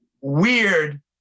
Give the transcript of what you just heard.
weird